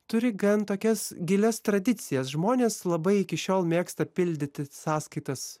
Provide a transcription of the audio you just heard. turi gan tokias gilias tradicijas žmonės labai iki šiol mėgsta pildyti sąskaitas